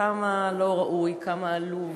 כמה לא ראוי, כמה עלוב,